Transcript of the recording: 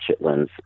chitlins